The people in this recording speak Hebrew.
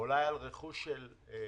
אולי על רכוש של אזרחים.